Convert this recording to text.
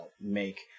make